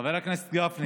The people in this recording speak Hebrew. חבר הכנסת גפני,